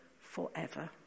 forever